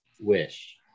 wish